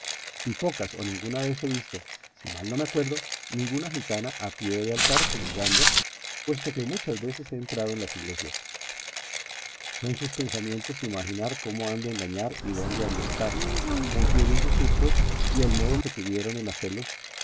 y pocas o ninguna vez he visto si mal no me acuerdo ninguna gitana a pie de altar comulgando puesto que muchas veces he entrado en las iglesias son sus pensamientos imaginar cómo han de engañar y dónde han de hurtar confieren sus hurtos y el modo que tuvieron en hacellos